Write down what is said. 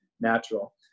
natural